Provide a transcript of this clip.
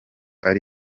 ari